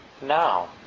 now